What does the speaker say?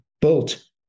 built